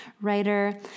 writer